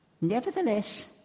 Nevertheless